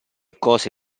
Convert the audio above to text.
cose